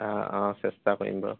অঁ অঁ চেষ্টা কৰিম বাৰু